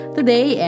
today